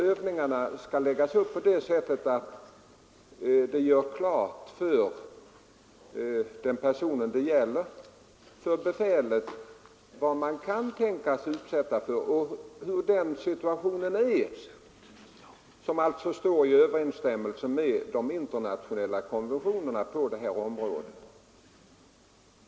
Övningarna skall läggas upp så att det befäl det gäller får klart för sig vad man kan bli utsatt för i vissa situationer, och övningarna står som sagt i överensstämmelse med en internationell konvention på området.